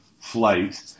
flight